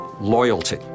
loyalty